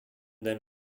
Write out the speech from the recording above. then